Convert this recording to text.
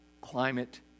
climate